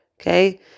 Okay